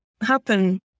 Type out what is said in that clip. happen